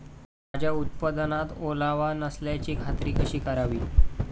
माझ्या उत्पादनात ओलावा नसल्याची खात्री कशी करावी?